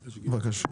בבקשה.